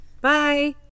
bye